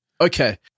Okay